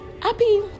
Happy